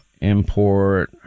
import